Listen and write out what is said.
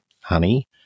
honey